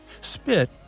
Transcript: Spit